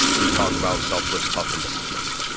we talk about selfless, tough, and disciplined.